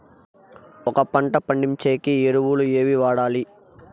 ఒక పంట పండించేకి ఎరువులు ఏవి వాడాలి?